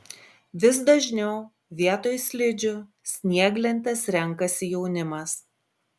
vis dažniau vietoj slidžių snieglentes renkasi jaunimas